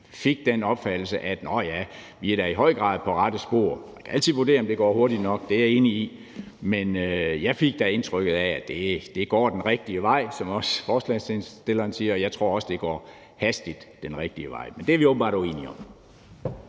fik den opfattelse, at vi da i høj grad er på rette spor. Man kan altid vurdere, om det går hurtigt nok. Det er jeg enig i, men jeg fik da indtryk af, at det går den rigtige vej, som også forslagsstilleren siger. Jeg tror også, at det hastigt går den rigtige vej, men det er vi åbenbart uenige om.